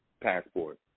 passport